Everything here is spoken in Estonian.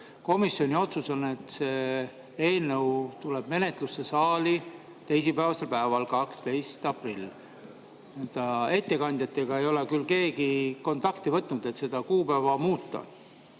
Komisjoni otsus on, et see eelnõu tuleb menetlusse saali teisipäevasel päeval, 12. aprillil. Ettekandjatega ei ole küll keegi kontakti võtnud, et seda kuupäeva muuta.